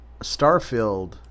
Starfield